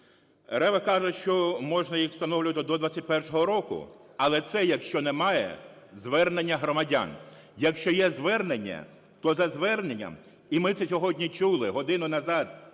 Рева каже, що можна їх встановлювати до 21-го року. Але це якщо немає звернення громадян. Якщо є звернення, то за зверненням, і ми це сьогодні чули годину назад,